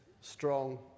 strong